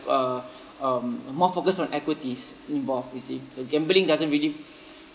uh um more focused on equities involved you see so gambling doesn't really